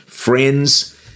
Friends